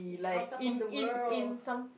on top of the world